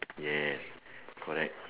yes correct